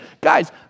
Guys